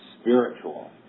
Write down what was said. spiritual